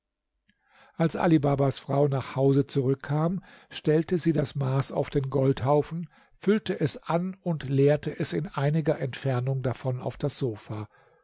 als ali babas frau nach hause zurückkam stellte sie das maß auf den goldhaufen füllte es an und lehrte es in einiger entfernung davon auf das sofa